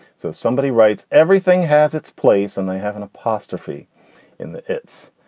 so somebody writes everything has its place and they have an apostrophe in the hits.